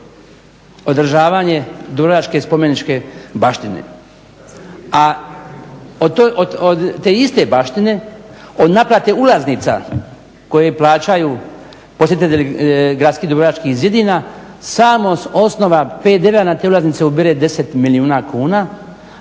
održavanje Dubrovačke spomeničke baštine, a od te iste baštine od naplate ulaznica koje plaćaju posjetitelji Dubrovačkih gradskih zidina samo s osnova PDV-a na te ulaznice ubire 10 milijuna kuna,